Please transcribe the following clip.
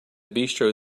bistro